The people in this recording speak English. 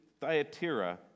Thyatira